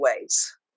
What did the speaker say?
ways